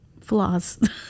flaws